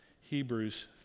Hebrews